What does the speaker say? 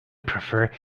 prefer